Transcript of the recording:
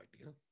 idea